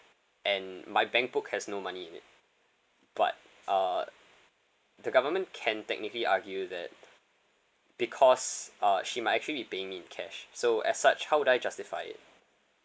and my bankbook has no money but uh the government can technically argue that because uh she might actually be paying me in cash so as such how would I justify it